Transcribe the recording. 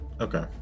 okay